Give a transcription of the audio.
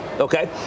Okay